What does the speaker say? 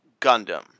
Gundam